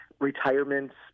retirements